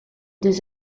des